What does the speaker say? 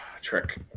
Trick